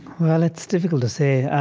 well, it's difficult to say.